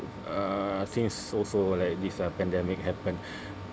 uh since also like this ah pandemic happen